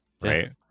right